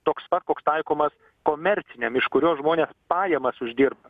toks pat koks taikomas komerciniam iš kurio žmonės pajamas uždirba